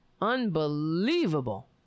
Unbelievable